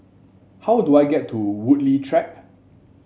how do I get to Woodleigh Track